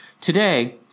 Today